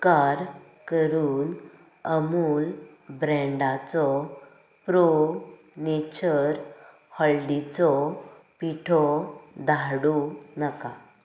उपकार करून अमूल ब्रॅन्डाचो प्रो नेचर हळदिचो पिठो धाडूं नाका